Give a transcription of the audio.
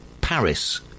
Paris